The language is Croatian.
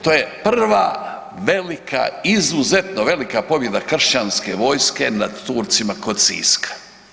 To je prva velika izuzetno velika pobjeda kršćanske vojske nad Turcima kod Siska.